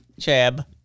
Chab